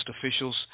officials